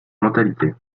mentalités